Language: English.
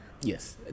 Yes